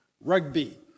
rugby